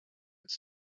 its